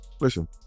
Listen